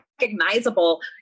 recognizable